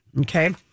okay